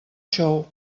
xou